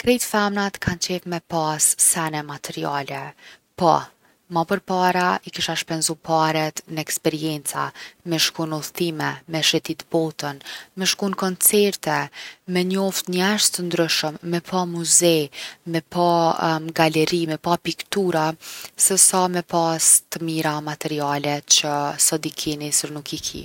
Krejt femnat kan qef me pas sene materiale, po ma përpara i kisha shpenzu paret n’eksperienca, me shku n’udhëtime. Me shetit botën. Me shku n’koncerte. Me njoft njerz t’ndryshëm. Me pa muze, me pa galeri, me pa piktura se sa me pas t’mira materiale që sot i ki e nesër nuk i ki.